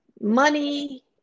money